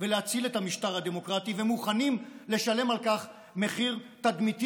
ולהציל את המשטר הדמוקרטי ומוכנים לשלם על כך מחיר תדמיתי.